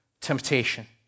temptation